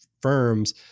firms